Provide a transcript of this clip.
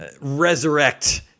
resurrect